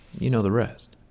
you know the rest.